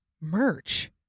merch